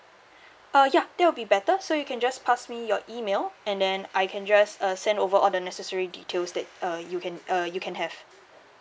uh ya that will be better so you can just pass me your email and then I can just uh send over all the necessary details that uh you can uh you can have